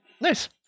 Nice